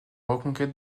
reconquête